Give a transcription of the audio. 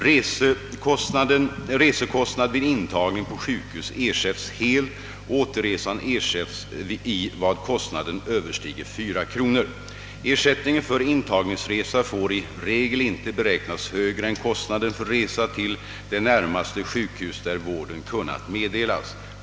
Resekostnad vid intagning på sjukhus ersätts helt, och återresan ersätts i vad kostnaden överstiger 4 kronor. Ersättningen för intagningsresa får i regel inte beräknas högre än kostnaden för resa till det närmaste sjukhus där vården kunnat meddelas.